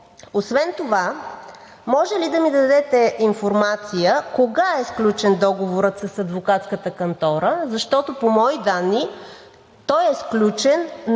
Освен това може ли да ми дадете информация кога е сключен договорът с адвокатската кантора? Защото по мои данни той е сключен на